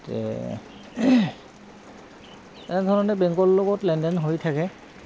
এনেধৰণে বেংকৰ লগত লেনদেন হৈ থাকে